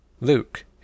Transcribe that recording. luke